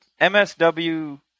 MSW